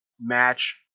Match